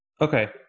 Okay